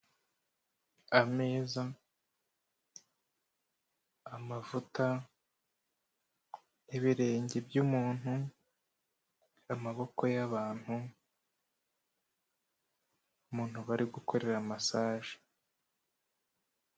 Ameza, amavuta, ibirenge by'umuntu, amaboko y'abantu, umuntu bari gukorera masaje.